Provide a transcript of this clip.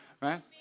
Right